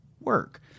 work